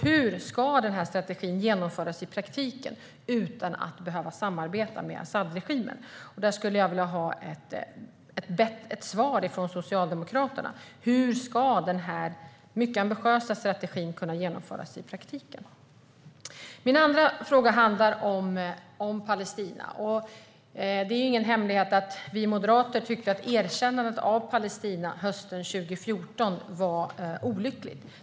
Hur ska man genomföra denna strategi i praktiken utan att behöva samarbeta med Asadregimen? Jag skulle vilja ha ett svar från Socialdemokraterna på hur denna mycket ambitiösa strategi ska kunna genomföras i praktiken. Mina andra fråga handlar om Palestina. Det är ingen hemlighet att vi moderater tycker att erkännandet av Palestina hösten 2014 var olyckligt.